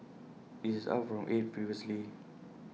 this is up from eight previously